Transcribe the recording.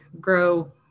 grow